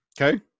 Okay